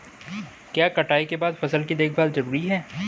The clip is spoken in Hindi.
क्या कटाई के बाद फसल की देखभाल जरूरी है?